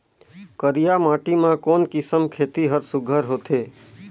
करिया माटी मा कोन किसम खेती हर सुघ्घर होथे?